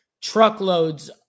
truckloads